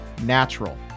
natural